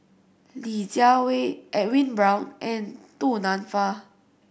Li Jiawei Edwin Brown and Du Nanfa